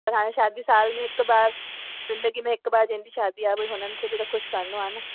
पर हाणे शादी साल में हिकु बार ज़िंदगी में हिक बार जंहिंजी शादी आहे भई हुननि खे बि ख़ुशि करणो आहे न